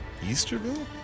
Easterville